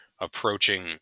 approaching